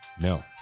No